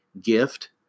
gift